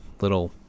little